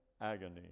agony